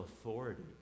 authority